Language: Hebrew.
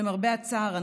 שלמרבה הצער,